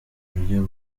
buryo